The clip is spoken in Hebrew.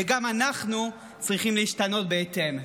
וגם אנחנו צריכים להשתנות בהתאם.